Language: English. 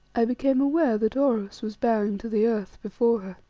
i became aware that oros was bowing to the earth before her.